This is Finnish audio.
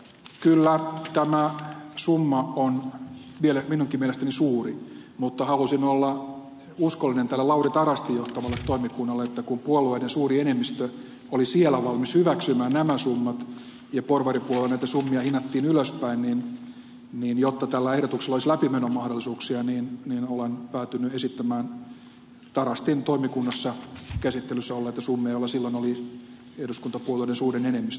kyllä tämä summa on vielä minunkin mielestäni suuri mutta halusin olla uskollinen tälle lauri tarastin johtamalle toimikunnalle kun puolueiden suuri enemmistö oli siellä valmis hyväksymään nämä summat ja porvaripuolella näitä summia hinattiin ylöspäin niin jotta tällä ehdotuksella olisi läpimenomahdollisuuksia olen päätynyt esittämään tarastin toimikunnassa käsittelyssä olleita summia joille silloin oli eduskuntapuolueiden suuren enemmistön tuki